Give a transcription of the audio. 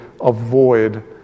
avoid